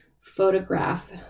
photograph